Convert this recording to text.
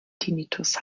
tinnitus